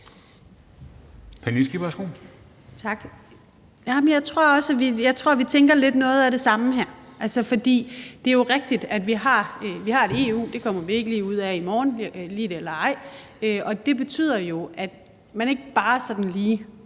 vi her lidt tænker noget af det samme. For det er jo rigtigt, at vi har et EU – det kommer vi ikke lige ud af i morgen, om vi kan lide det eller ej – og det betyder jo, at man ikke bare sådan lige